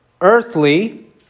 Earthly